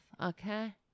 okay